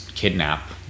kidnap